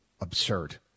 absurd